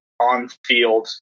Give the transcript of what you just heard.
on-field